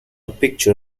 picture